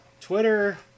twitter